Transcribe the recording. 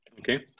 Okay